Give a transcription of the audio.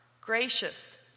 gracious